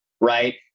right